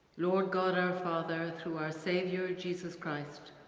lord god our father, through our saviour ah jesus christ,